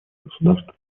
государств